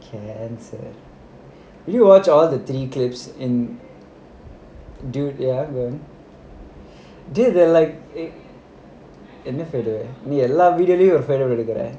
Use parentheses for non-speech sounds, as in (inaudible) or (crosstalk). can you need to watch all the three clips in dude did they like it (laughs)